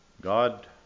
God